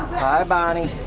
hi, bonnie.